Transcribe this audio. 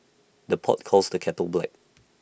the pot calls the kettle black